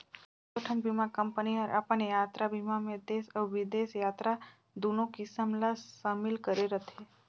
कयोठन बीमा कंपनी हर अपन यातरा बीमा मे देस अउ बिदेस यातरा दुनो किसम ला समिल करे रथे